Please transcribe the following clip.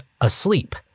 asleep